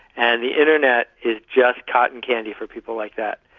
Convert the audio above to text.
and the internet is just cotton candy for people like that.